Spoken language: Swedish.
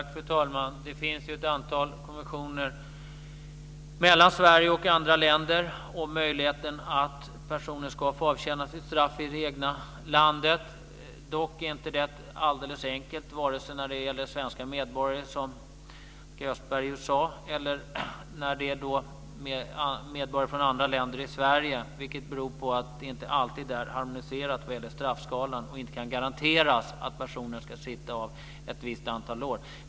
Fru talman! Det finns ju ett antal konventioner mellan Sverige och andra länder om möjligheten att personer ska få avtjäna straff i det egna landet. Dock är inte detta alldeles enkelt, vare sig när det gäller svenska medborgare, som Annika Östberg, eller när det gäller medborgare från andra länder i Sverige. Det beror på att det inte alltid är harmoniserat när det gäller straffskalan och att det inte kan garanteras att personen ska sitta av ett visst antal år.